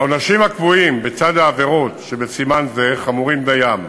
העונשים הקבועים בצד העבירות שבסימן זה חמורים דיים.